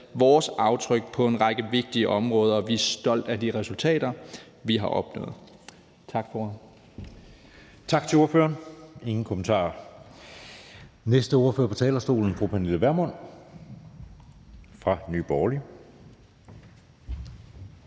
vores aftryk på en række vigtige områder, og vi er stolte af de resultater, vi har opnået. Tak for